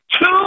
Two